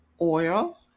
Oil